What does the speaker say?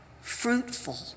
fruitful